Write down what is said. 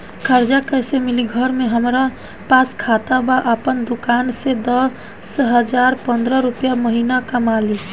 कर्जा कैसे मिली घर में हमरे पास खाता बा आपन दुकानसे दस पंद्रह हज़ार रुपया महीना कमा लीला?